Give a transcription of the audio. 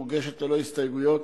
מוגשת ללא הסתייגות.